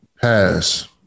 pass